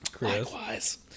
Likewise